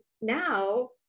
now